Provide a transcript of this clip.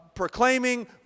proclaiming